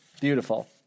Beautiful